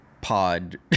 pod